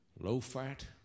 low-fat